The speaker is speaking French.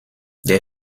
des